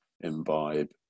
imbibe